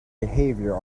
behaviour